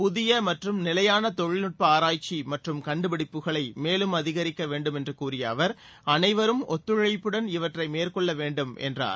புதிய மற்றும் நிலையான தொழில்நுட்ப ஆராய்க்சி மற்றும் கண்டுபிடிப்புகளை மேலும் அதிகரிக்க வேண்டும் என்று கூறிய அவர் அனைவரும் ஒத்துழைப்புடன் இவற்றை மேற்கொள்ள வேண்டும் என்றார்